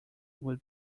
would